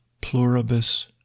pluribus